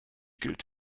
gilt